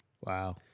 Wow